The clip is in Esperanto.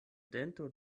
dento